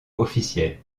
officielles